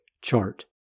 Chart